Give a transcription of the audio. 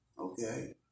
okay